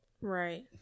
right